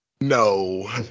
no